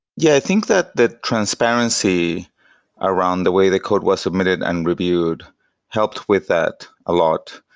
yeah, i think that the transparency around the way the code was submitted and reviewed helped with that a lot.